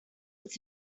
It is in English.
its